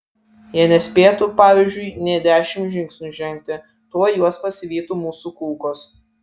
jie nespėtų pavyzdžiui nė dešimt žingsnių žengti tuoj juos pasivytų mūsų kulkos